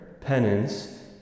penance